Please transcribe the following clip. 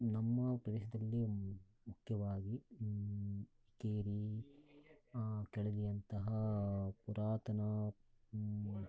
ನಮ್ಮ ಪ್ರದೇಶದಲ್ಲಿ ಮುಖ್ಯವಾಗಿ ಕೇರಿ ಕೆಳದಿಯಂತಹ ಪುರಾತನ